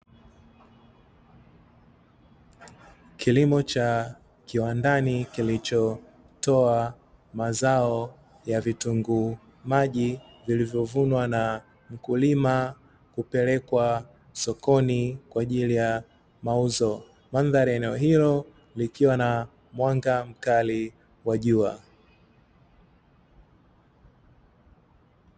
Kilimo cha kiwandani kilichotoa mazao ya vitunguu maji, vilivyovunwa na mkulima kupelekwa sokoni kwa ajili ya mauzo, mandhari ya eneo hilo likiwa na mwanga mkali wa jua.